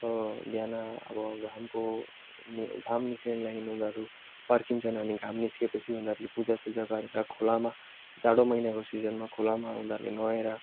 बिहान अब घामको नि घाम निक्लिनु लागि उनीहरू पर्खिन्छन् अनि घाम निस्किएपछि उनीहरूले पूजा सुजा गरेर खोलामा जाडो महिनाको सिजनमा खोलामा उनीहरूले नुहाएर